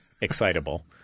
excitable